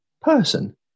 person